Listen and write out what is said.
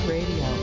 Radio